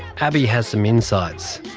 abbey has some insights.